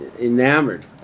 enamored